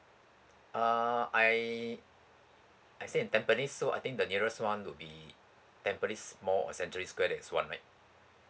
err I I stay in tampines so I think the nearest [one] would be tampines mall or century square that is [one] right